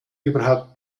überhaupt